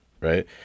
right